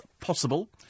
possible